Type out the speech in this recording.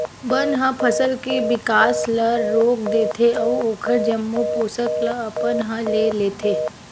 बन ह फसल के बिकास ल रोक देथे अउ ओखर जम्मो पोसक ल अपन ह ले लेथे